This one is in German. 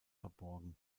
verborgen